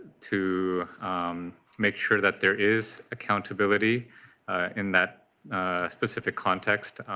to make sure that there is accountability in that specific context